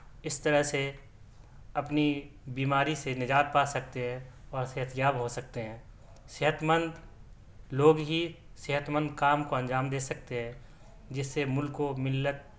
اس طرح سے اپنی بیماری سے نجات پا سکتے ہیں اور صحتیاب ہو سکتے ہیں صحتمند لوگ ہی صحتمند کام کو انجام دے سکتے ہیں جس سے ملک و ملت